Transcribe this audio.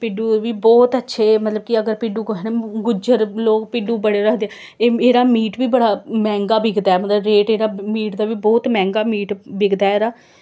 भिड्डु बी बौह्त अच्छे मतलब कि अगर कुसै ने गुज्जर लोग भिड्डु बड़े रखदे एह्दा मीट बी बड़ा मैंह्गा बिकदा ऐ मतलब रेट एह्दा मीट दा बी बौह्त मैंह्गा मीट बिकदा ऐ एह्दा